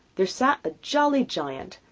there sat a jolly giant,